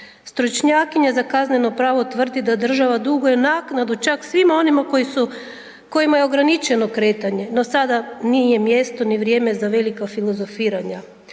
Stručnjakinja za kazneno pravo tvrdi da država duguje naknadu čak svima onima koji su, kojima je ograničeno kretanje, no sada nije ni mjesto, ni vrijeme za velika filozofiranja.